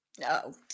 No